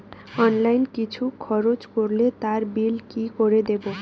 Online কিছু খরচ করলে তার বিল কি করে দেবো?